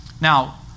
Now